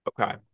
okay